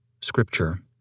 Scripture